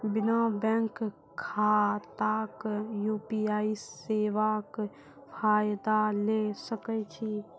बिना बैंक खाताक यु.पी.आई सेवाक फायदा ले सकै छी?